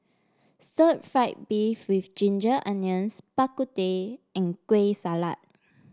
Stir Fried Beef with Ginger Onions Bak Kut Teh and Kueh Salat